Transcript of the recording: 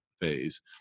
phase